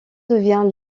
devient